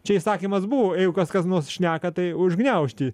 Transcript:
čia įsakymas buvo jeigu kas kas nors šneka tai užgniaužti